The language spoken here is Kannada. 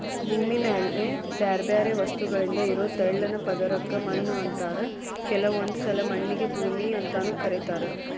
ಭೂಮಿ ಮ್ಯಾಲೆ ಬ್ಯಾರ್ಬ್ಯಾರೇ ವಸ್ತುಗಳಿಂದ ಇರೋ ತೆಳ್ಳನ ಪದರಕ್ಕ ಮಣ್ಣು ಅಂತಾರ ಕೆಲವೊಂದ್ಸಲ ಮಣ್ಣಿಗೆ ಭೂಮಿ ಅಂತಾನೂ ಕರೇತಾರ